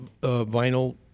vinyl